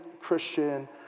Christian